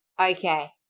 Okay